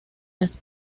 las